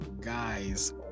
guys